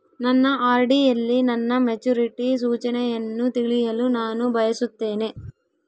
ನನ್ನ ಆರ್.ಡಿ ಯಲ್ಲಿ ನನ್ನ ಮೆಚುರಿಟಿ ಸೂಚನೆಯನ್ನು ತಿಳಿಯಲು ನಾನು ಬಯಸುತ್ತೇನೆ